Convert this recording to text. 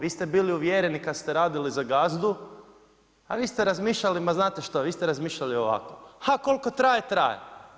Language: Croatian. Vi ste bili uvjereni kad ste radili za gazdu, a vi ste razmišljali ma znate što, vi se razmišljali ovako ha koliko traje, traje.